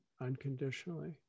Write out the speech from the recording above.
unconditionally